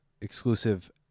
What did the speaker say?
exclusive